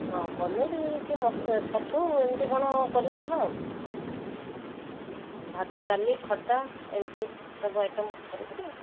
ହଁ ପନିର କି ମସ୍ ଛତୁ ଏମିତି କ'ଣ କରିକି ଦବା ଆଉ ଭାତ ଡାଲି ଖଟା ଏମିତି ସବୁ ଆଇଟମ୍ କରିକିରି